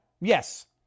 Yes